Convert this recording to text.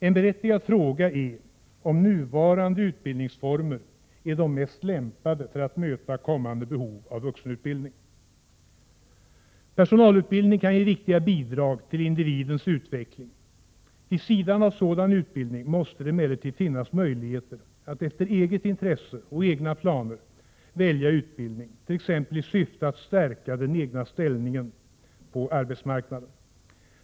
En berättigad fråga är om nuvarande utbildningsformer är de mest lämpade för att möta kommande behov av vuxenutbildning. Personalutbildning kan ge viktiga bidrag till individens utveckling. Vid sidan av sådan utbildning måste det emellertid finnas möjligheter att efter eget intresse och egna planer välja utbildning, t.ex. i syfte att stärka den egna ställningen på arbetsmarknaden.